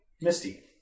Misty